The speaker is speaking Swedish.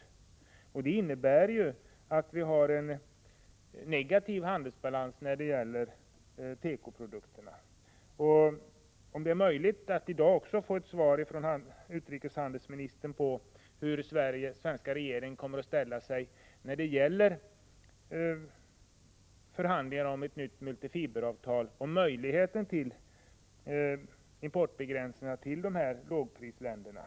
Det innebär att vi har en negativ handelsbalans när det gäller tekoprodukterna. Är det möjligt att i dag också få ett svar från utrikeshandelsministern på hur svenska regeringen kommer att ställa sig när det gäller förhandlingarna om ett nytt multifiberavtal och om möjligheterna till importbegränsningar från lågprisländerna?